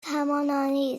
توانایی